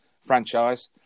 franchise